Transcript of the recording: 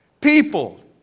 people